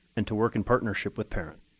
and to work in partnership with parents.